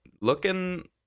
looking